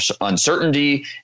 uncertainty